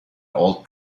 old